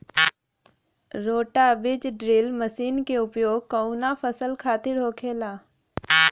रोटा बिज drill machine के उपयोग कऊना फसल खातिर होखेला?